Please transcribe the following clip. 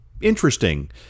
interesting